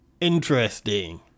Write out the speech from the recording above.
Interesting